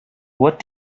what